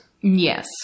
Yes